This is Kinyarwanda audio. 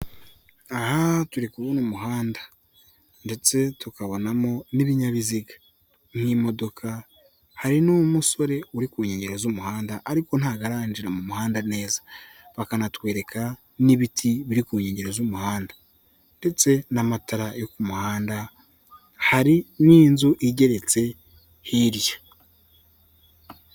Aha turi kubona umuhanda, ndetse tukabonamo n'ibinyabiziga, nk'imodoka, hari n'umusore uri ku nkengero z'umuhanda, ariko ntago arinjira mu muhanda neza. Bakanatwereka n'ibiti biri ku nkengero z'umuhanda, ndetse n'amatara yo ku muhanda, hari n'inzu igeretse hirya.